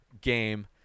game